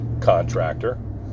contractor